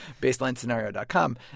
BaselineScenario.com